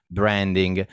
branding